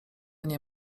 nie